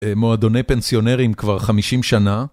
מועדוני פנסיונרים כבר חמישים שנה.